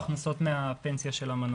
או הכנסות מהפנסיה של המנוח.